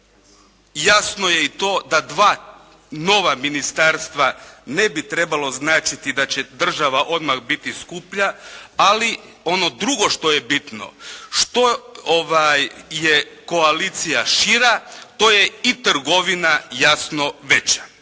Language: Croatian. Jasno je i to da dva nova ministarstva ne bi trebalo značiti da će država odmah biti skuplja ali ono drugo što je bitno što ovaj je koalicija šira to je i trgovina jasno veća.